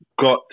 got